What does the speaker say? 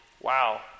Wow